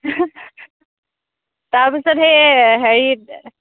তাৰপিছত সেই হেৰিত